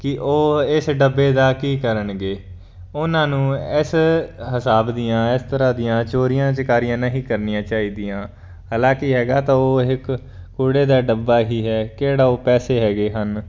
ਕਿ ਉਹ ਇਸ ਡੱਬੇ ਦਾ ਕੀ ਕਰਨਗੇ ਉਹਨਾਂ ਨੂੰ ਇਸ ਹਿਸਾਬ ਦੀਆਂ ਇਸ ਤਰ੍ਹਾਂ ਦੀਆਂ ਚੋਰੀਆਂ ਚਕਾਰੀਆਂ ਨਹੀਂ ਕਰਨੀਆਂ ਚਾਹੀਦੀਆਂ ਹਾਲਾਂਕਿ ਹੈਗਾ ਤਾਂ ਉਹ ਇੱਕ ਕੂੜੇ ਦਾ ਡੱਬਾ ਹੀ ਹੈ ਕਿਹੜਾ ਉਹ ਪੈਸੇ ਹੈਗੇ ਹਨ